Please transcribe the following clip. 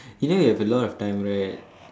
you know you have a lot of time right